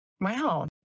Wow